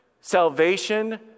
Salvation